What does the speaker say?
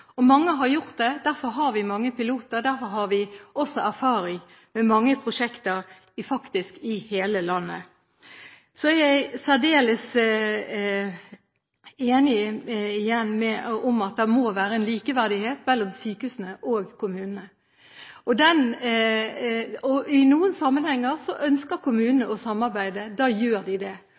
Mange har gjort det. Derfor har vi mange piloter. Derfor har vi også erfaring med mange prosjekter, faktisk i hele landet. Så er jeg særdeles enig i at det må være en likeverdighet mellom sykehusene og kommunene. I noen sammenhenger ønsker kommunene å samarbeide; da gjør de det.